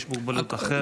יש מוגבלות אחרת.